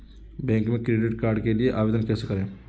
Bank में credit card के लिए आवेदन कैसे करें?